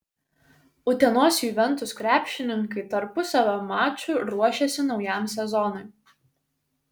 utenos juventus krepšininkai tarpusavio maču ruošiasi naujam sezonui